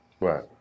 Right